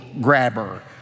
grabber